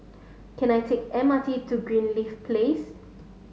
can I take M R T to Greenleaf Place